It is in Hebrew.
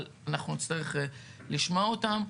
אנחנו נצטרך לשמוע אותן.